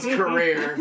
career